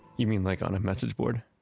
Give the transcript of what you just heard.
you mean like on a message board?